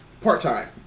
part-time